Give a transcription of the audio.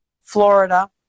florida